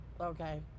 Okay